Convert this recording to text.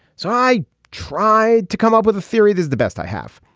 so i tried to come up with a theory that is the best i have.